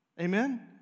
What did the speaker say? Amen